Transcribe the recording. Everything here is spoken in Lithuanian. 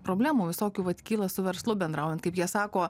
problemų visokių vat kyla su verslu bendraujant kaip jie sako